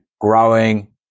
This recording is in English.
growing